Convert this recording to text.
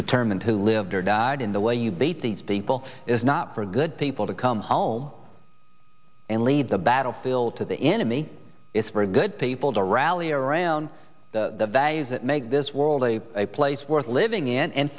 determine who lived or died in the way you beat these people is not for good people to come home and leave the battlefield to the enemy is for good people to rally around the values that make this world a place worth living in and